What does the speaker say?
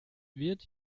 wird